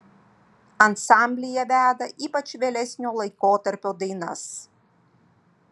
ansamblyje veda ypač vėlesnio laikotarpio dainas